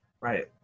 Right